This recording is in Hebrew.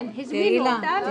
כן, הזמינו אותם.